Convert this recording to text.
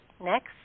next